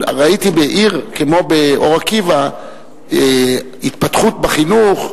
אבל ראיתי בעיר כמו באור-עקיבא התפתחות בחינוך,